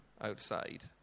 outside